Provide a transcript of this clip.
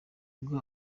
ubwo